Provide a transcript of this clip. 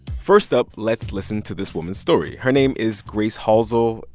first up, let's listen to this woman's story. her name is grace halsell.